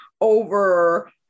over